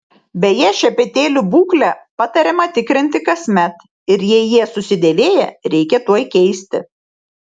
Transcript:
beje šepetėlių būklę patariama tikrinti kasmet ir jei jie susidėvėję reikia tuoj keisti